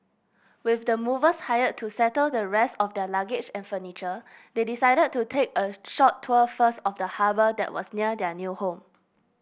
with the movers hired to settle the rest of their luggage and furniture they decided to take a short tour first of the harbour that was near their new home